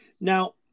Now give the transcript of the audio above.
Now